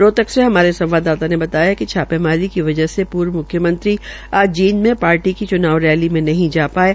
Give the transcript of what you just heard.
रोहतक से हमारे संवाददाता ने बताया कि छापेमारी की वजह से पूर्व म्ख्यमंत्री आज जींद में पार्टी की चुनाव रैली मे नहीं जा पाये